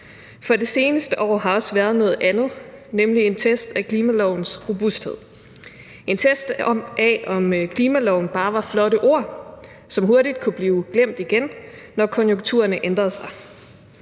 For det seneste år har også været noget andet, nemlig en test af klimalovens robusthed – en test af, om klimaloven bare var flotte ord, som hurtigt kunne blive glemt igen, når konjunkturerne ændrede sig.